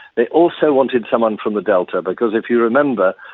they also wanted someone from the delta because, if you remember,